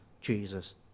Jesus